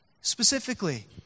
Specifically